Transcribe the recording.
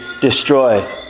destroyed